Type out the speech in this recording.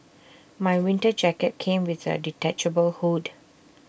my winter jacket came with A detachable hood